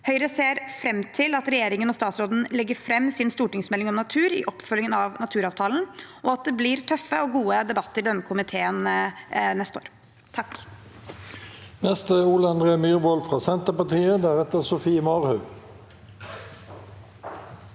Høyre ser fram til at regjeringen og statsråden legger fram sin stortingsmelding om natur i oppfølgingen av naturavtalen, og at det blir tøffe og gode debatter i denne komiteen neste år.